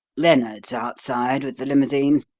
lennard's outside with the limousine.